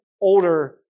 older